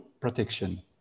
protection